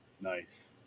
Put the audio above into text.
Nice